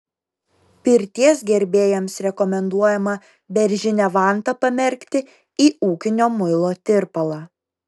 pirties gerbėjams rekomenduojama beržinę vantą pamerkti į ūkinio muilo tirpalą